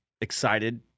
excited